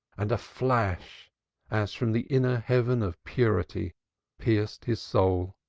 and a flash as from the inner heaven of purity pierced his soul.